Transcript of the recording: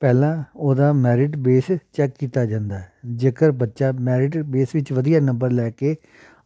ਪਹਿਲਾਂ ਉਹਦਾ merit base check ਕੀਤਾ ਜਾਂਦਾ ਜੇਕਰ ਬੱਚਾ ਮੈਰਿਟ ਬੇਸ ਵਿੱਚ ਵਧੀਆ ਨੰਬਰ ਲੈ ਕੇ